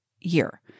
year